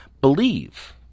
believe